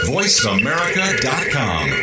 VoiceAmerica.com